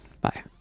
Bye